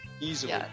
easily